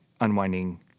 unwinding